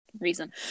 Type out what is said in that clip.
reason